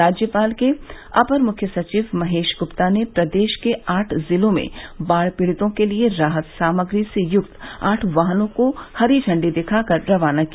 राज्यपाल के अपर मुख्य सचिव महेश गुप्ता ने प्रदेश के आठ जिलों में बाढ़ पीड़ितों के लिये राहत सामग्री से युक्त आठ वाहनों को हरी झंडी दिखा कर रवाना किया